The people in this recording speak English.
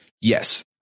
Yes